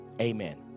amen